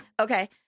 Okay